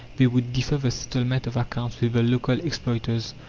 they would defer the settlement of accounts with the local exploiters.